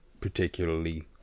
particularly